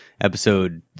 episode